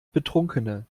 betrunkene